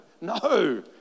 no